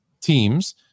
teams